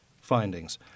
findings